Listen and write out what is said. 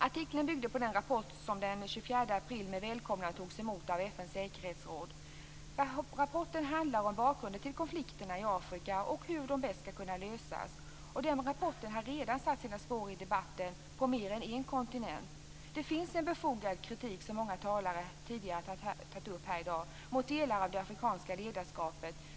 Artikeln byggde på den rapport som den 24 april med välkomnande togs emot av FN:s säkerhetsråd. Rapporten handlar om bakgrunden till konflikterna i Afrika och hur de bäst skall kunna lösas. Den rapporten har redan satt sina spår i debatten på mer än en kontinent. Det finns en befogad kritik, som många talare tidigare har tagit upp här i dag, mot delar av det afrikanska ledarskapet.